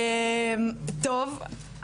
טוב,